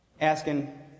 asking